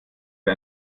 wir